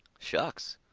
shucks!